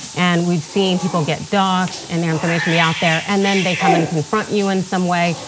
and we've seen people get docs and their information be out there and then they come and confront you in some way,